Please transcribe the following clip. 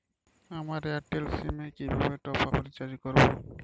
আমার Airtel sim এ কিভাবে টপ আপ রিচার্জ করবো?